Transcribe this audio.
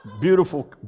beautiful